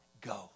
go